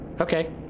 Okay